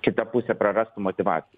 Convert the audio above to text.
kita pusė prarastų motyvaciją